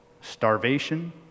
starvation